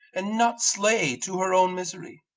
and not slay to her own misery.